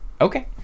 Okay